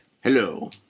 Hello